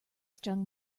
stung